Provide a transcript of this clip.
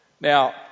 Now